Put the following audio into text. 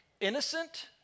innocent